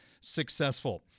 successful